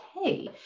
okay